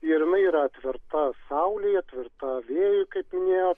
ir jinai yra atverta saulei atverta vėjui kaip minėjot